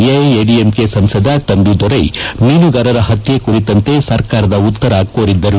ಎಐಎಡಿಎಂಕೆ ಸಂಸದ ತಂಬಿದೊರೈ ಮೀನುಗಾರರ ಹತ್ಯೆ ಕುರಿತಂತೆ ಸರ್ಕಾರದ ಉತ್ತರ ಕೋರಿದ್ದರು